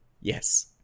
Yes